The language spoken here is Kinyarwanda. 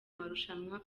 marushanwa